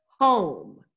home